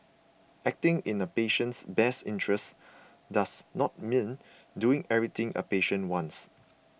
acting in a patient's best interests does not mean doing everything a patient wants